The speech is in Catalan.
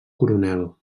coronel